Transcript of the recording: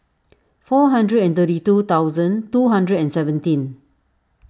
four hundred and thirty two thousand two hundred and seventeen